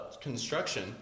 construction